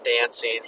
dancing